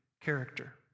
character